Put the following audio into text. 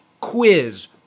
quiz